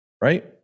Right